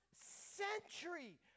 century